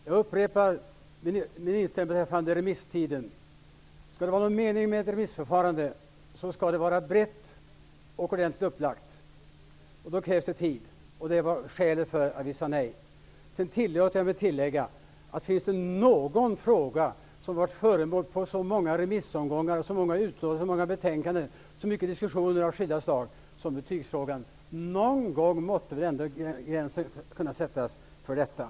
Herr talman! Jag upprepar vad jag sade tidigare om remisstiden. Skall det vara någon mening med ett remissförfarande skall det vara brett upplagt, och då krävs det tid. Det var skälet till att vi sade nej. Jag tillåter mig att tillägga: Finns det någon fråga som har varit föremål för så många betänkanden, så många remissomgångar, så många utlåtanden och så många diskussioner av skilda slag som betygsfrågan? Någonstans måste vi väl ändå kunna sätta en gräns för detta.